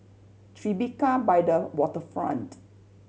Tribeca by the Waterfront